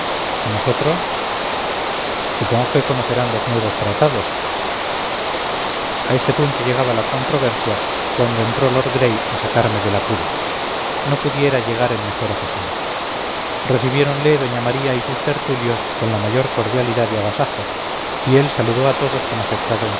nosotros supongo que conocerán los nuevos tratados a este punto llegaba la controversia cuando entró lord gray a sacarme del apuro no pudiera llegar en mejor ocasión recibiéronle doña maría y sus tertulios con la mayor cordialidad y agasajo y él saludó a todos con afectado